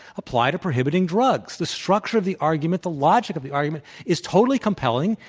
apply to prohibiting drugs. the structure of the argument, the logic of the argument, is totally compelling,